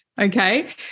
okay